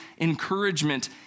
encouragement